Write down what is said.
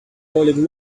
boiling